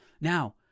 Now